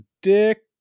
Dick